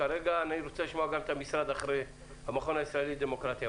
כרגע אני רוצה לשמוע גם את המשרד אחרי המכון הישראלי לדמוקרטיה.